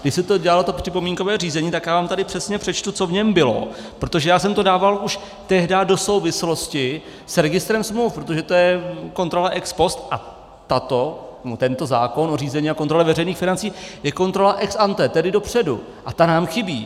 Když se dělalo připomínkové řízení, tak vám tady přesně přečtu, co v něm bylo, protože já jsem to dával už tehdy do souvislosti s registrem smluv, protože to je kontrola ex post, a tento zákon o řízení a kontrole veřejných financí je kontrola ex ante, tedy dopředu, a ta nám chybí.